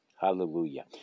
Hallelujah